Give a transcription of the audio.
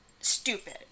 stupid